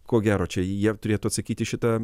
ko gero čia jie turėtų atsakyti į šitą